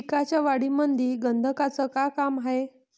पिकाच्या वाढीमंदी गंधकाचं का काम हाये?